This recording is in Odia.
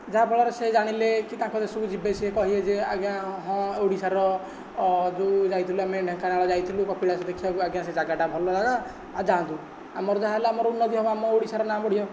ଯାହା ଫଳରେ ସେ ଜାଣିଲେ କି ତାଙ୍କ ଦେଶକୁ ଯିବେ ସିଏ କହିବେ ଯେ ଆଜ୍ଞା ହଁ ଓଡ଼ିଶାର ଯେଉଁ ଯାଇଥିଲୁ ଆମେ ଢେଙ୍କାନାଳ ଯାଇଥିଲୁ କପିଳାସ ଦେଖିବାକୁ ଆଜ୍ଞା ସେ ଜାଗାଟା ଭଲ ଜାଗା ଆଉ ଯା'ନ୍ତୁ ଆମର ଯାହାହେଲେ ଆମର ଉନ୍ନତି ହେବ ଆମ ଓଡ଼ିଶାର ନାଁ ବଢ଼ିବ